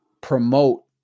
promote